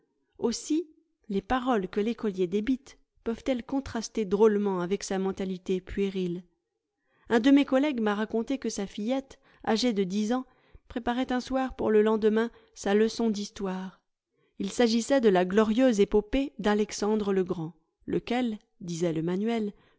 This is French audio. aussi les paroles que l'écolier débite peuvent-elles contraster drôlement avec sa mentalité puérile un de mes collègues m'a raconté que sa fillette âgée de dix ans préparait un soir pour le lendemain sa leçon d'histoire s'agissait de la glorieuse épopée d'alexandre le grand lequel disait le manuel